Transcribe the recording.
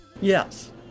Yes